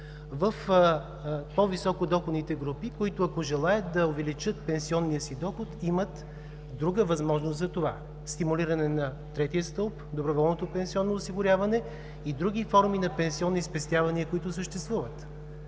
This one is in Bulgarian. в по-високодоходните групи, които, ако желаят да увеличат пенсионния си доход, имат друга възможност за това – стимулиране на третия стълб доброволното пенсионно осигуряване и други форми на пенсионни спестявания, които съществуват.